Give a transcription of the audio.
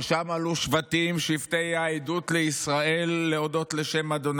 ששם עלו שבטים שבטי יה עדות לישראל להֹדות לשם ה'.